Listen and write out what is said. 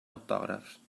autògrafs